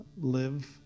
live